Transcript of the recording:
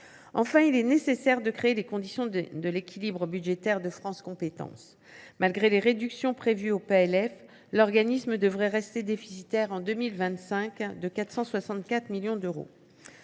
Enfin, il est nécessaire de créer les conditions de l’équilibre budgétaire de France Compétences. Malgré les réductions inscrites dans le PLF, le budget de l’organisme devrait rester déficitaire de 464 millions d’euros